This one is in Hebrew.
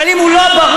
אבל אם הוא לא ברור,